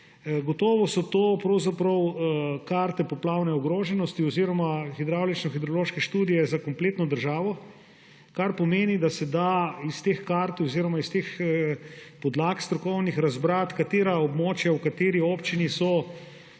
Gotovo so to pravzaprav karte poplavne ogroženosti oziroma hidravlično-hidrološke študije za kompletno državo, kar pomeni, da se da iz teh kart oziroma iz teh strokovnih podlagrazbrati, katera območja v kateri občini so v